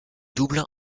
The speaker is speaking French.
double